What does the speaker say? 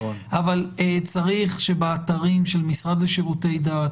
אבל צריך שבאתרים של המשרד לשירותי דת